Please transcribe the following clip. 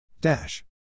Dash